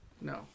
No